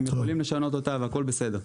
הם יכולים לשנות אותה והכול בסדר.